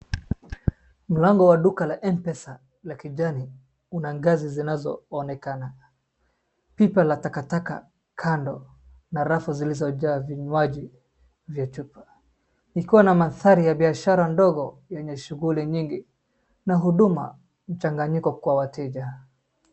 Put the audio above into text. Mlango wa duka la Mpesa la kijani kuna una ngazi zinazoonekana. Pipa la takataka kando na rafu zilizojaa vinywaji za chupa. Ikiwa na mandhari ya biashara ndogo yenye shughuli nyingi na huduma mchanganyiko kwa wateja.